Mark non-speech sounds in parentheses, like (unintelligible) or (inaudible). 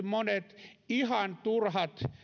(unintelligible) monet ihan turhat